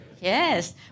Yes